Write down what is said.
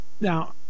Now